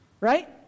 Right